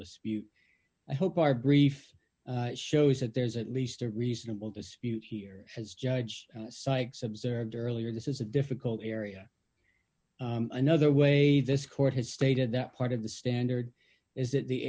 dispute i hope our brief shows that there's at least a reasonable dispute here as judge sykes observed earlier this is a difficult area another way this court has stated that part of the standard is that the